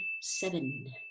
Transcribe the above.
seven